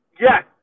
Yes